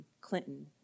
Clinton